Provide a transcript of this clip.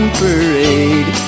parade